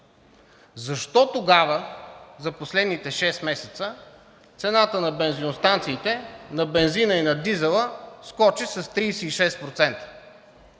Защо тогава за последните шест месеца цената на бензиностанциите на бензина и на дизела скочи с 36%,